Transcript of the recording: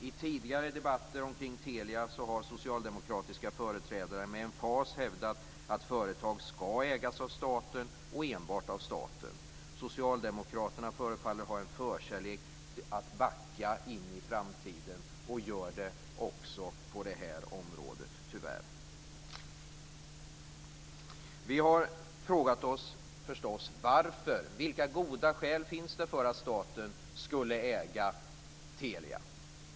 I tidigare debatter om Telia har socialdemokratiska företrädare med emfas hävdat att företag ska ägas av staten och enbart av staten. Socialdemokraterna förefaller ha en förkärlek för att backa in i framtiden och gör det tyvärr också på detta område. Vi har förstås frågat oss varför. Vilka goda skäl finns det för att staten skulle äga Telia?